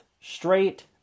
straight